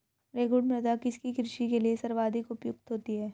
रेगुड़ मृदा किसकी कृषि के लिए सर्वाधिक उपयुक्त होती है?